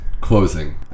closing